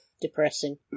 Depressing